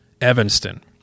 Evanston